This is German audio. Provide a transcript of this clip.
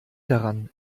daran